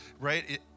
right